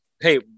Hey